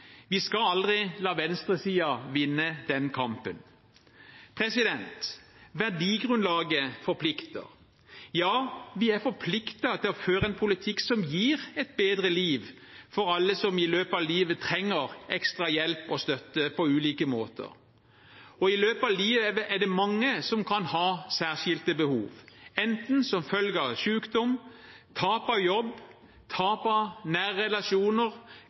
Vi skal aldri la venstresiden vinne den kampen. Verdigrunnlaget forplikter. Ja, vi er forpliktet til å føre en politikk som gir et bedre liv for alle som i løpet av livet trenger ekstra hjelp og støtte på ulike måter, og i løpet av livet er det mange som kan ha særskilte behov, enten som følge av sykdom, tap av jobb, tap av